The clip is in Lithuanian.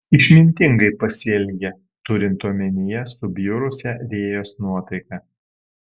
išmintingai pasielgė turint omenyje subjurusią rėjos nuotaiką